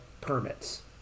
permits